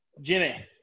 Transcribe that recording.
Jimmy